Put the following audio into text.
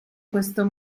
questo